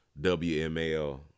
WML